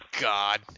God